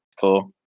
Cool